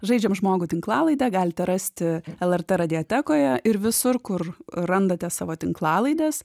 žaidžiam žmogų tinklalaidę galite rasti lrt radiotekoje ir visur kur randate savo tinklalaides